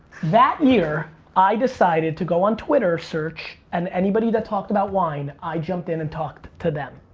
that year i decided to go on twitter search and anybody that talked about wine, i jumped in and talked to them.